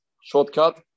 shortcut